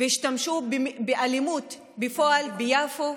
והשתמשו באלימות בפועל ביפו,